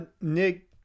Nick